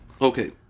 Okay